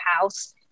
house